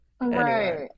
Right